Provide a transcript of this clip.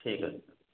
ଠିକ ଅଛି